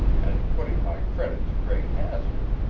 and putting my credit to great hazard,